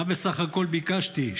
מה בסך הכול ביקשתי?